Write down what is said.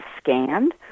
scanned